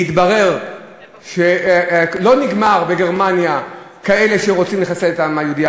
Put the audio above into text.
והתברר שלא נגמרו בגרמניה כאלה שרוצים לחסל את העם היהודי.